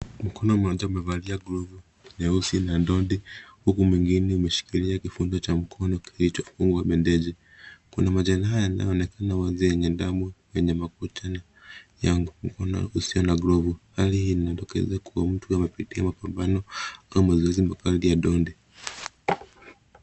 Mkono mmoja umevalia glavu nyeusi na dondi huku mwingine umeshikilia kifundo cha mkono kilichofungwa bendeji. Kuna majeraha yanayoonekana wazi, yenye damu kwenye makuchani ya mkono usio na glavu. Hali hii inadokeza kuwa mtu amepitia mapambano, au mazoezi makali ya dondi.